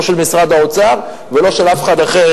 לא של משרד האוצר ולא של אף אחד אחר,